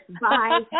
Bye